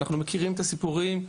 אנחנו מכירים את הסיפורים,